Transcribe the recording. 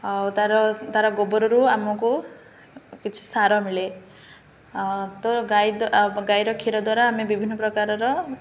ଆଉ ତା'ର ତା'ର ଗୋବରରୁ ଆମକୁ କିଛି ସାର ମିଳେ ତ ଗାଈ ଗାଈର କ୍ଷୀର ଦ୍ୱାରା ଆମେ ବିଭିନ୍ନ ପ୍ରକାରର